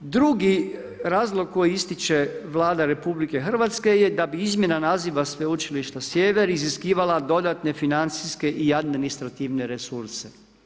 Drugi razlog koji ističe Vlada RH je da bi izmjena naziva Sveučilišta Sjever iziskivala dodatne financijske i administrativne resurse.